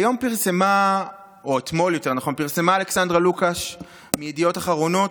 אתמול פרסמה אלכסנדרה לוקש מידיעות אחרונות